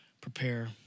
prepare